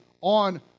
on